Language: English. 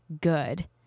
good